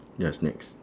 ya snacks